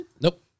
Nope